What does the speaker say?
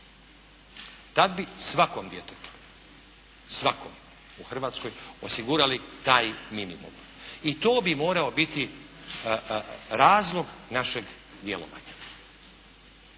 Tad bi svakom djetetu u Hrvatskoj osigurali taj minimum i to bi morao biti razlog našeg djelovanja.